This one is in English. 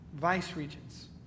vice-regents